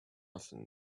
often